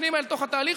פנימה אל תוך התהליך,